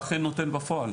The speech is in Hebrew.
ואכן נותן בפועל.